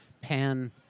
pan